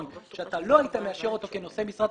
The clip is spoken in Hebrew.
שאתה לא היית מאשר אותו כנושא משרה,